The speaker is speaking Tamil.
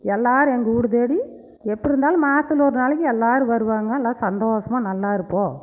எல்லாரும் எங்கள் வீடு தேடி எப்படிருந்தாலும் மாசத்தில் ஒரு நாளைக்கு எல்லாரும் வருவாங்க எல்லாரும் சந்தோசமாக நல்லாயிருப்போம்